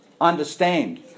understand